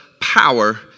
power